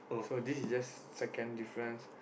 so this is just second difference